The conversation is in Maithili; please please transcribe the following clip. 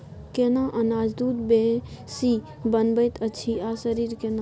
केना अनाज दूध बेसी बनबैत अछि आ शरीर केना?